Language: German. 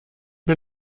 mir